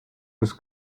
was